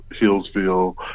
Hillsville